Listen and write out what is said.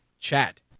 chat